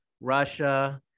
Russia